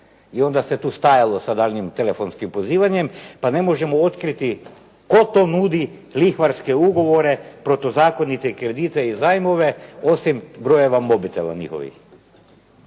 i onda se tu stajalo sa daljnjim telefonskim pozivanjem pa ne možemo otkriti tko to nudi lihvarske ugovore, protuzakonite kredite i zajmove osim brojeva mobitela njihovih?